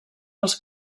dels